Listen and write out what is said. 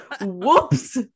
Whoops